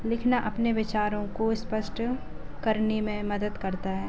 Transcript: लिखना अपने विचारों को स्पष्ट करने में मदत करता है